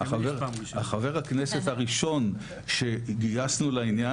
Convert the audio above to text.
החבר הכנסת הראשון שגייסנו לעניין,